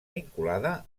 vinculada